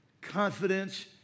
confidence